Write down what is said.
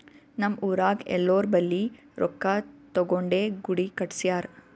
ನಮ್ ಊರಾಗ್ ಎಲ್ಲೋರ್ ಬಲ್ಲಿ ರೊಕ್ಕಾ ತಗೊಂಡೇ ಗುಡಿ ಕಟ್ಸ್ಯಾರ್